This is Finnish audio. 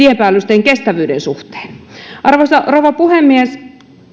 tien päällysteen kestävyyden suhteen arvoisa rouva puhemies